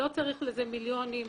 לא צריך לזה מיליוני שקלים.